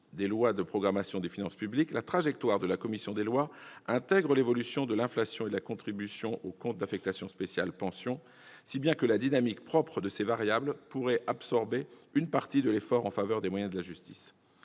des lois de programmation des finances publiques, la trajectoire de la commission des lois intègre l'évolution de l'inflation et de la contribution au compte d'affectation spéciale « Pensions ». La dynamique propre de ces variables pourrait absorber une partie de l'effort en faveur des moyens de la justice.